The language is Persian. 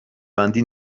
بندی